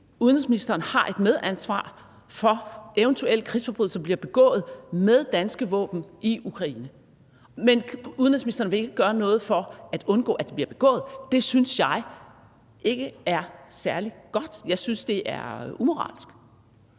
udenrigsministeren har et medansvar for, at eventuelle krigsforbrydelser bliver begået med danske våben i Ukraine. Men udenrigsministeren vil ikke gøre noget for at undgå, at de bliver begået. Det synes jeg ikke er særlig godt. Jeg synes, det er umoralsk.